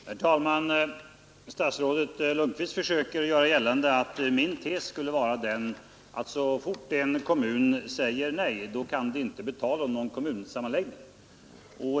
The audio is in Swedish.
Herr talman! Statsrådet Lundkvist försöker göra gällande att min tes skulle vara att så fort en kommun säger nej så kan det inte bli tal om någon kommunsammanläggning.